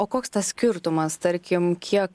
koks tas skirtumas tarkim kiek